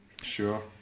Sure